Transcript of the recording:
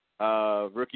Rookie